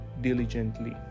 diligently